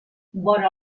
vora